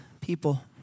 people